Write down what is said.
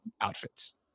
outfits